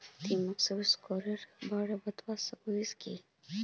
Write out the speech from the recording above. तुई मोक सिबिल स्कोरेर बारे बतवा सकोहिस कि?